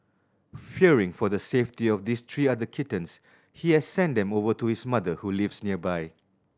fearing for the safety of his three other kittens he has sent them over to his mother who lives nearby